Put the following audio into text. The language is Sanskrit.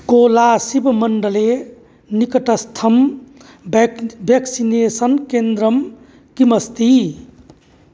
कोलासिब्मण्डले निकटस्थं ब्याक् ब्याक्सिनेसन् केन्द्रं किमस्ति